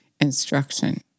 instruction